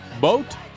boat